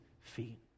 feet